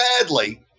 badly